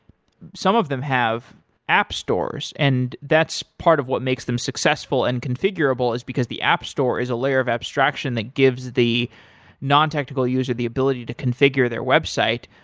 some of them have app stores and that's part of what makes them successful and configurable is because the app store is a layer of abstraction that gives the non-technical user the ability to configure their website.